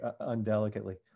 undelicately